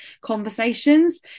conversations